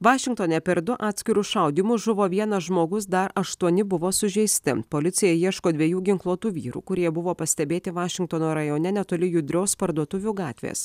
vašingtone per du atskirus šaudymus žuvo vienas žmogus dar aštuoni buvo sužeisti policija ieško dviejų ginkluotų vyrų kurie buvo pastebėti vašingtono rajone netoli judrios parduotuvių gatvės